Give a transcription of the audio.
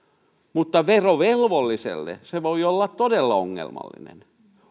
mutta verovelvolliselle se voi olla todella ongelmallinen